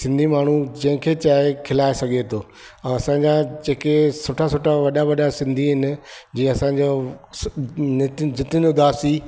सिंधी माण्हू जंहिंखे चाहे खिलाए सघे थो असांजा जेके सुठा सुठा वॾा वॾा सिंधी आहिनि जीअं असांजो नितिन जतिन उदासी